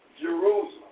Jerusalem